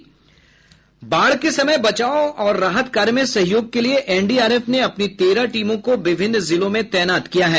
बाढ़ के समय बचाव और राहत कार्य में सहयोग के लिए एनडीआरएफ ने अपनी तेरह टीमों को विभिन्न जिलों में तैनात कर दिया है